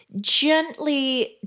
gently